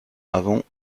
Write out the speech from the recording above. avant